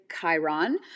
Chiron